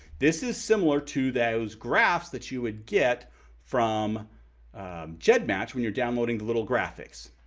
this is similar to those graphs that you would get from gedmatch when you're downloading the little graphics.